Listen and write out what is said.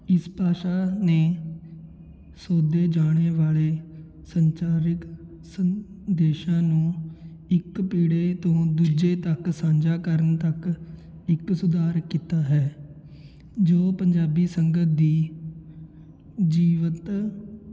ਇਸ ਭਾਸ਼ਾ ਨੇ ਸੋਧੇ ਜਾਣ ਵਾਲੇ ਸੰਚਾਰਿਕ ਸੰਦੇਸ਼ਾਂ ਨੂੰ ਇੱਕ ਪੀੜੇ ਤੋਂ ਦੂਜੇ ਤੱਕ ਸਾਂਝਾ ਕਰਨ ਤੱਕ ਇੱਕ ਸੁਧਾਰ ਕੀਤਾ ਹੈ ਜੋ ਪੰਜਾਬੀ ਸੰਗਤ ਦੀ ਜੀਵਿਤ